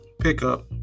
pickup